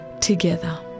together